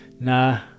nah